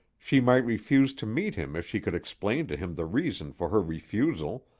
she might refuse to meet him if she could explain to him the reason for her refusal,